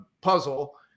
puzzle